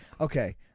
okay